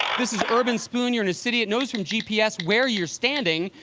this is urbanspoon. you're in a city. it knows from gps where you're standing.